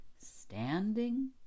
standing